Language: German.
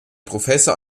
professor